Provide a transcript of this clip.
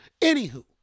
Anywho